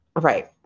right